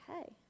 okay